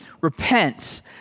repent